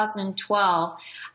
2012